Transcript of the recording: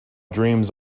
dreams